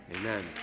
Amen